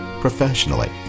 professionally